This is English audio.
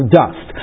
dust